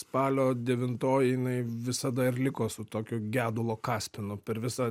spalio devintoji jinai visada ir liko su tokiu gedulo kaspinu per visą